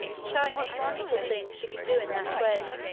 showing what wonderful things she could do in that way